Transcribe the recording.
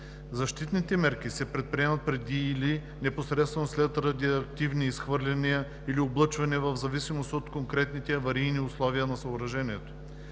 Защитните мерки се предприемат преди или непосредствено след радиоактивни изхвърляния или облъчване в зависимост от конкретните аварийни условия на съоръжението.“;